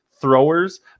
throwers